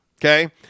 okay